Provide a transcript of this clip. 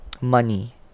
money